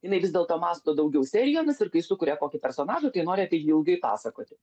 jinai vis dėlto mąsto daugiau serijomis ir kai sukuria kokį personažą tai nori apie jį ilgai pasakoti